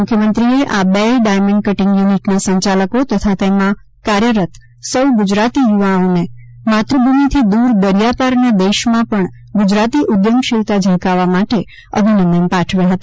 મુખ્યમંત્રીશ્રીએ આ બેય ડાયમન્ડ કટીંગ યુનિટના સંચાલકો તથા તેમાં કાર્યરત સૌ ગુજરાતી યુવાઓને માતૃભૂમિથી દૂર દરિયાપારના દેશમાં પણ ગુજરાતી ઉદ્યમશીલતા ઝળકાવવા માટે અભિનંદન પાઠવ્યા હતા